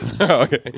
Okay